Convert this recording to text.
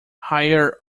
higher